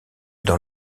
dans